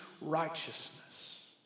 righteousness